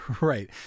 Right